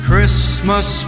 Christmas